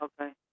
Okay